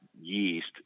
yeast